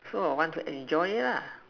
so I'll want to enjoy it lah